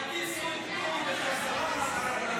אולי צריך שיטיסו את מירי בחזרה מתערוכת